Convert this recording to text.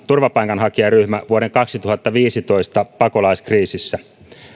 turvapaikanhakijaryhmä vuoden kaksituhattaviisitoista pakolaiskriisissä